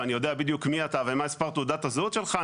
ואני יודע בדיוק מי אתה ומה מספר תעודת הזהות שלך,